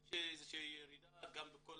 יש ירידה בכל